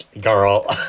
girl